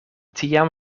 tiam